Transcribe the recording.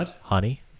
honey